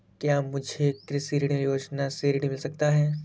क्या मुझे कृषि ऋण योजना से ऋण मिल सकता है?